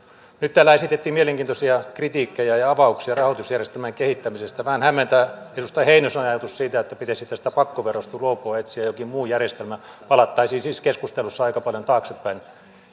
nyt täällä esitettiin mielenkiintoisia kritiikkejä ja avauksia rahoitusjärjestelmän kehittämisestä vähän hämmentää edustaja heinosen ajatus siitä että pitäisi tästä pakkoverosta luopua ja etsiä jokin muu järjestelmä palattaisiin siis keskustelussa aika paljon taaksepäin